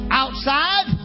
outside